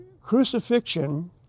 crucifixion